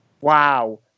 Wow